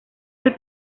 del